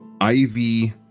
Ivy